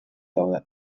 daude